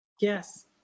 Yes